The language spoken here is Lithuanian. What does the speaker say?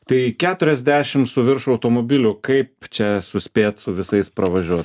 tai keturiasdešim su virš automobilių kaip čia suspėt su visais pravažiuot